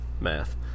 Math